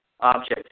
object